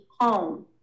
home